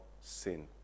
sin